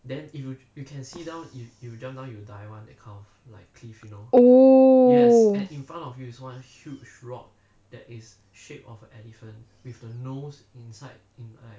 then if you you can sit down if you just now you die [one] that kind of like cliff you know oh involve use one huge rock that is shape of elephant with the nose